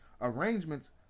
Arrangements